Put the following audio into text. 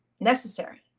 necessary